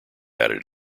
added